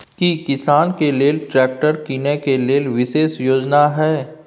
की किसान के लेल ट्रैक्टर कीनय के लेल विशेष योजना हय?